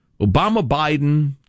Obama-Biden